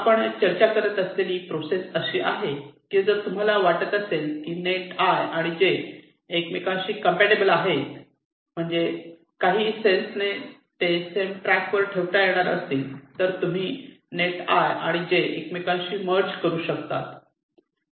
आपण चर्चा करत असलेली प्रोसेस अशी आहे की जर तुम्हाला वाटत असेल नेट 'i' आणि 'j' एकमेकांशी कंपॅटिबल आहेत म्हणजे काही ही सेन्स ने ते सेम ट्रॅक वर ठेवता येणार असतील तर तुम्ही नेट 'i' आणि 'j' एकमेकांशी मर्ज करू शकतात